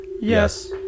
Yes